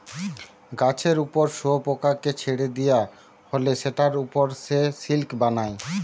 গাছের উপর শুয়োপোকাকে ছেড়ে দিয়া হলে সেটার উপর সে সিল্ক বানায়